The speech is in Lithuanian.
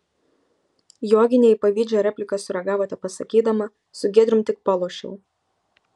joginė į pavydžią repliką sureagavo tepasakydama su giedrium tik palošiau